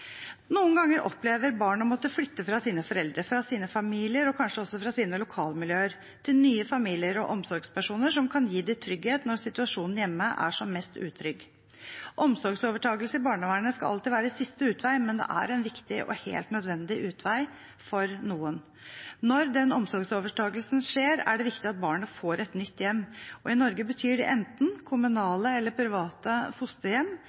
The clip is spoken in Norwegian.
Noen ganger opplever barn å måtte flytte fra sine foreldre, fra sine familier, og kanskje også fra sine lokalmiljøer, til nye familier og omsorgspersoner som kan gi dem trygghet når situasjonen hjemme er som mest utrygg. Omsorgsovertagelse i barnevernet skal alltid være siste utvei, men det er en viktig og helt nødvendig utvei for noen. Når omsorgsovertagelsen skjer, er det viktig at barnet får et nytt hjem. I Norge betyr det enten kommunale eller private fosterhjem